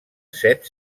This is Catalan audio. set